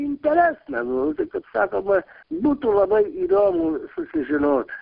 interesna nu tai kaip sakoma būtų labai įdomu susižinot